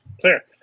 clear